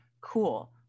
Cool